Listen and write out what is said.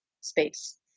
space